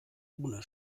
ohne